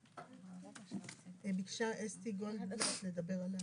ביקשה אסתי גולדברג.